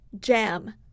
jam